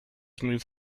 move